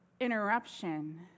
interruption